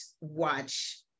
watch